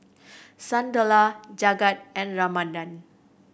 Sunderlal Jagat and Ramanand